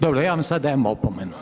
Dobro, ja vam sada dajem opomenu.